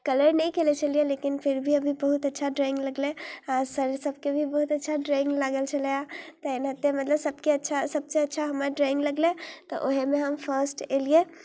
colour नहि केने छलियै लेकिन फेर भी अभी बहुत अच्छा ड्रॉइंग लगलै आ सरसभके भी बहुत अच्छा ड्रॉइंग लागल छलैए तऽ एनाहिते मतलब सभके अच्छा सभसँ अच्छा हमर ड्रॉइंग लगलै तऽ उएहमे हम फर्स्ट एलियै